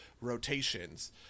rotations